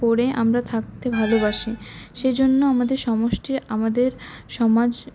পড়ে আমরা থাকতে ভালোবাসি সেই জন্য আমাদের সমষ্টি আমাদের সমাজ